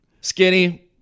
Skinny